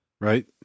Right